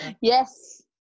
Yes